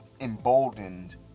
emboldened